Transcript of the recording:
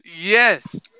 yes